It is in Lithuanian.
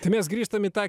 tai mes grįžtam į tą